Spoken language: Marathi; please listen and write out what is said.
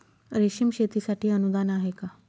रेशीम शेतीसाठी अनुदान आहे का?